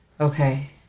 Okay